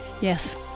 Yes